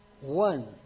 one